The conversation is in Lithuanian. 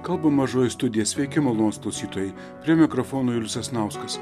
kalba mažoji studija sveiki malonūs klausytojai prie mikrofono julius sasnauskas